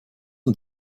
und